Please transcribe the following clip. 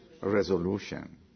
Resolution